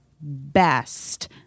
best